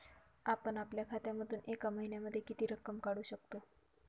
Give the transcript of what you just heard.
आपण आपल्या खात्यामधून एका महिन्यामधे किती रक्कम काढू शकतो?